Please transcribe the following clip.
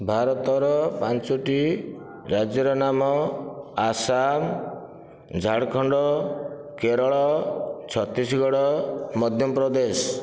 ଭାରତର ପାଞ୍ଚଟି ରାଜ୍ୟର ନାମ ଆସାମ ଝାଡ଼ଖଣ୍ଡ କେରଳ ଛତିଶଗଡ଼ ମଧ୍ୟପ୍ରଦେଶ